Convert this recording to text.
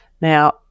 Now